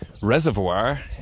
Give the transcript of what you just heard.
Reservoir